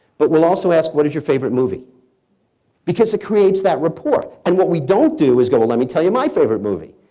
but will also ask what is your favorite movie because it creates that rapport. and what we don't do is go, well, let me tell you my favorite movie.